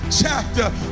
chapter